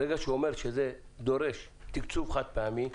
ברגע שהוא אומר שזה דורש תקצוב חד-פעמי,